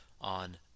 on